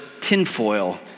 tinfoil